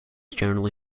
generally